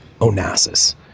Onassis